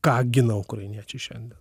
ką gina ukrainiečiai šiandien